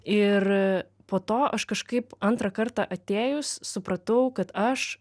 ir po to aš kažkaip antrą kartą atėjus supratau kad aš